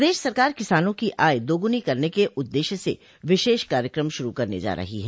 प्रदेश सरकार किसानों की आय दोगुनी करने के उद्देश्य से विशेष कार्यक्रम शुरू करने जा रही है